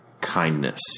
kindness